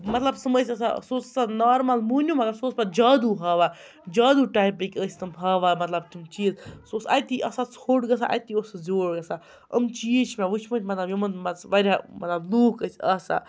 مطلب تِم ٲسۍ آسان سُہ یوس آسان نارمَل مُہنیو مگر سُہ اوس پَتہٕ جادو ہاوان جادو ٹایپٕکۍ ٲسۍ تِم ہاوان مطلب تِم چیز سُہ اوس اَتی آسان ژھوٚٹ گَژھان اَتی اوس سُہ زیوٹھ گَژھان اَم چیز چھِ مےٚ وٕچھمٕتۍ مطلب یِمَن منٛز واریاہ مطلب لُکھ ٲسۍ آسان